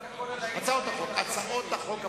הצעות החוק, הצעות החוק הפרטיות.